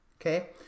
okay